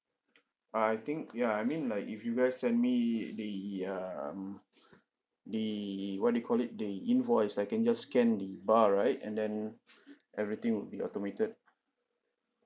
uh I think ya I mean like if you guys send me the um the what do you call it the invoice I can just scan the bar right and then everything would be automated